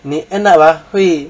你 end up ah 会